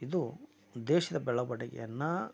ಇದು ದೇಶದ ಬೆಳವಣಿಗೆಯನ್ನು